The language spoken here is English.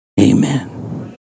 Amen